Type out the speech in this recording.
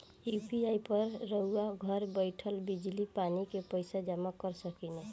UPI पर रउआ घर बईठल बिजली, पानी के पइसा जामा कर सकेनी